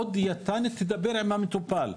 עוד דיאטנית שתדבר עם המטופל,